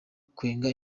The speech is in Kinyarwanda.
kwenga